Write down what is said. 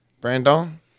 Brandon